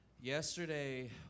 yesterday